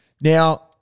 Now